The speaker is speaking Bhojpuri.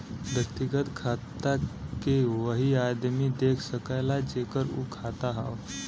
व्यक्तिगत खाता के वही आदमी देख सकला जेकर उ खाता हौ